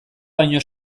baino